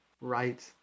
right